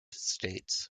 states